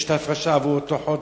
יש את ההפרשה עבור אותו חודש.